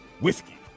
whiskey